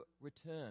return